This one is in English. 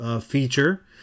feature